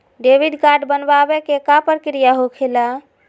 Debit card बनवाने के का प्रक्रिया होखेला?